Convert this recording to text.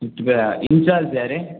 பத்து பேரா இன்சார்ஜ் யாரு